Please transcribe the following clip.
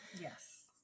Yes